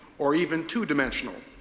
or even two-dimensional.